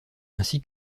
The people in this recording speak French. ainsi